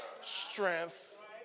strength